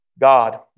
God